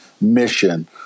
mission